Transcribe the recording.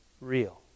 real